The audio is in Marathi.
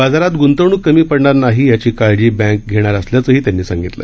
बाजारात गृंतवणूक कमी पडणार नाही याची काळजी बँक घेणार असल्याचंही त्यांनी सांगितलं